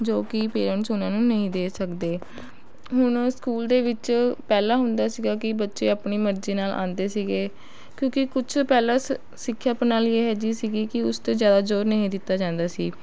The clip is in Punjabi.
ਜੋ ਕਿ ਪੇਰੈਂਟਸ ਉਹਨਾਂ ਨੂੰ ਨਹੀਂ ਦੇ ਸਕਦੇ ਹੁਣ ਸਕੂਲ ਦੇ ਵਿੱਚ ਪਹਿਲਾਂ ਹੁੰਦਾ ਸੀਗਾ ਕਿ ਬੱਚੇ ਆਪਣੀ ਮਰਜ਼ੀ ਨਾਲ ਆਉਂਦੇ ਸੀਗੇ ਕਿਉਂਕਿ ਕੁਛ ਪਹਿਲਾਂ ਸ ਸਿੱਖਿਆ ਪ੍ਰਣਾਲੀ ਇਹੋ ਜਿਹੀ ਸੀਗੀ ਕਿ ਉਸ 'ਤੇ ਜ਼ਿਆਦਾ ਜ਼ੋਰ ਨਹੀਂ ਦਿੱਤਾ ਜਾਂਦਾ ਸੀ